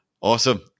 Awesome